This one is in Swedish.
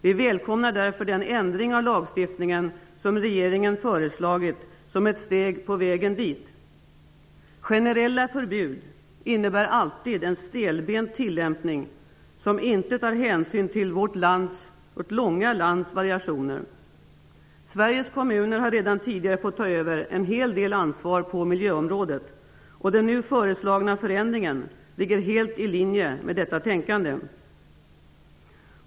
Vi välkomnar därför den ändring av lagstiftningen som regeringen föreslagit som ett steg på vägen dit. Generella förbud innebär alltid en stelbent tillämpning som inte tar hänsyn till vårt långa lands variationer. Sveriges kommuner har redan tidigare fått ta över en hel del ansvar på miljöområdet. Den nu föreslagna förändringen ligger helt i linje med detta tänkande.